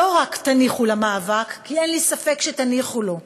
לא רק תניחו למאבק, כי אין לי ספק שתניחו לו,